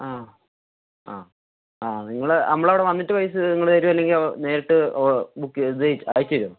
ആ ആ ആ നിങ്ങള് നമ്മള് അവിടെ വന്നിട്ട് പൈസ നിങ്ങള് തരുമോ അല്ലെങ്കില് അയച്ചുതരുമോ